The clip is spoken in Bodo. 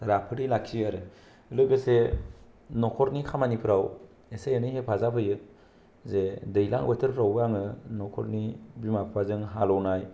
राफोदै लाखियो आरो लोगोसे न'खरनि खामानिफ्राव एसे एनै हेफाजाब होयो जे दैलां बोथोरफ्रावबो आङो न'खरनि बिमा बिफाजों हालेवनाय